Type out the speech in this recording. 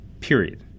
Period